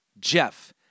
Jeff